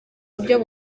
buryo